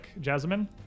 Jasmine